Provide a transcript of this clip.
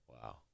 Wow